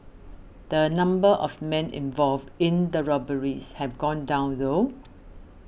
the number of men involved in the robberies have gone down though